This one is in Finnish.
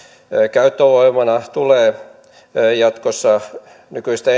käyttövoimana tulee jatkossa nykyistä